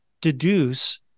deduce